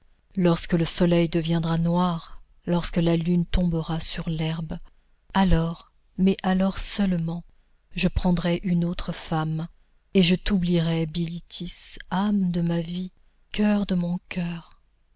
lorsque le soleil deviendra noir lorsque la lune tombera sur l'herbe alors mais alors seulement je prendrai une autre femme et je t'oublierai bilitis âme de ma vie coeur de mon coeur